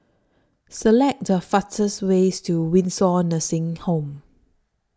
Select The fastest ways to Windsor Nursing Home